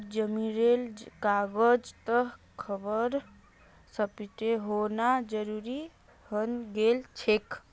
जमीनेर कागजातत रबर स्टैंपेर होना जरूरी हइ गेल छेक